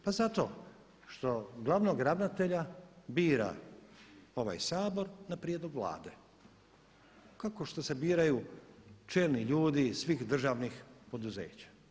Pa zato što glavnog ravnatelja bira ovaj Sabor na prijedlog Vlade kao što se biraju čelni ljudi iz svih državnih poduzeća.